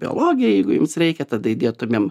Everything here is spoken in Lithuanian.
biologiją jeigu jiems reikia tada įdėtumėm